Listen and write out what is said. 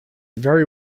very